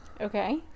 okay